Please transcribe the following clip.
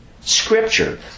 scripture